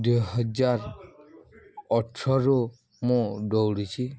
ଦୁଇ ହଜାର ଅଠରୁ ମୁଁ ଦୌଡ଼ିଛି